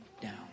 down